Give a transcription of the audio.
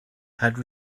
had